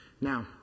Now